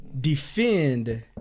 defend